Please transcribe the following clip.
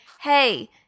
hey